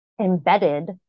embedded